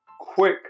quick